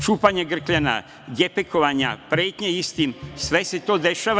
Čupanje grkljanja, gepekovanja, pretnje istim, sve se to dešava.